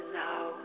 now